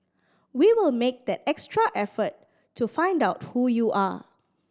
we will make that extra effort to find out who you are